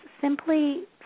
simply